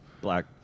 Black